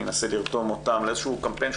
אני אנסה לרתום אותם לאיזשהו קמפיין,